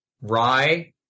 rye